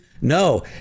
No